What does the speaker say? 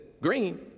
green